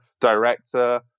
director